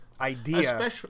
idea